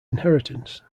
inheritance